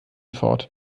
fort